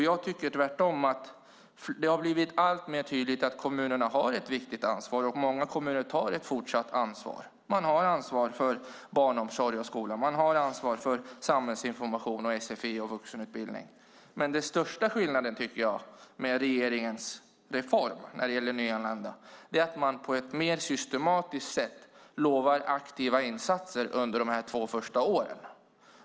Jag tycker att det tvärtom har blivit allt tydligare att kommunerna har ett viktigt ansvar, och många kommuner tar fortsatt ansvar. Man har ansvar för barnomsorg och skola, för samhällsinformation och för sfi och vuxenutbildning. Den största skillnaden när det gäller regeringens reform angående nyanlända tycker jag är att man nu på ett mer systematiskt sätt lovar aktiva insatser under de två första åren.